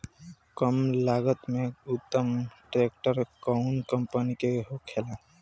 कम लागत में उत्तम ट्रैक्टर कउन कम्पनी के होखेला?